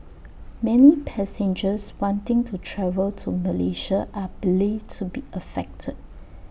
many passengers wanting to travel to Malaysia are believed to be affected